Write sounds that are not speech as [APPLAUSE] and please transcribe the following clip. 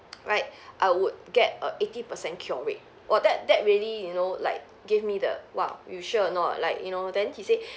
[NOISE] right I would get a eighty percent cure rate !wah! that that really you know like give me the !wah! you sure or not like you know then he say